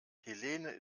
helene